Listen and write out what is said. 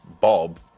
bob